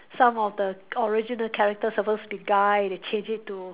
some of the original characters supposed to be guy they change it to